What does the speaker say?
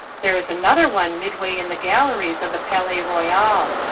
there is another one midway in the galleries of the palais royal.